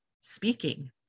speaking